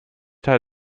teil